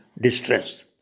distress